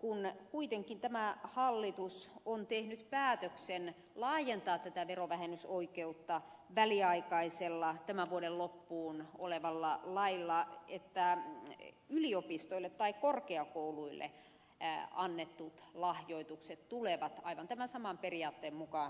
kun kuitenkin tämä hallitus on tehnyt päätöksen laajentaa verovähennysoikeutta väliaikaisella tämän vuoden loppuun olevalla lailla niin että yliopistoille tai korkeakouluille annetut lahjoitukset tulevat aivan tämän saman periaatteen mukaan verovähennyskelpoisiksi